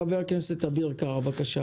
חבר הכנסת אביר קארה, בבקשה.